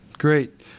Great